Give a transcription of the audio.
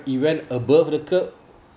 it went above the curb